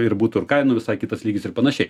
ir butų ir kainų visai kitas lygis ir panašiai